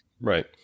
Right